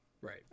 Right